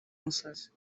umusazi